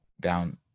down